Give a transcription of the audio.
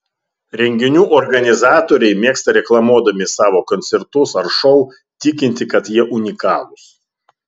renginių organizatoriai mėgsta reklamuodami savo koncertus ar šou tikinti kad jie unikalūs